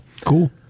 Cool